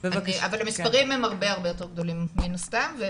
אבל המספרים הם הרבה יותר גדולים מן הסתם.